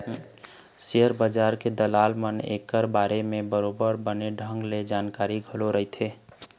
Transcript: share बजार के दलाल मन ल ऐखर बारे म बरोबर बने ढंग के जानकारी घलोक रहिथे